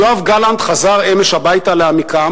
יואב גלנט חזר אמש הביתה לעמיקם,